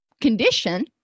condition